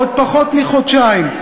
עוד פחות מחודשיים,